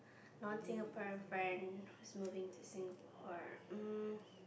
non Singaporean friend's moving to Singapore um